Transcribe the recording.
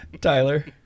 Tyler